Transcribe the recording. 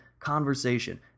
conversation